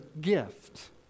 gift